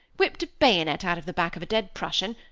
whipt a bayonet out of the back of a dead prussian,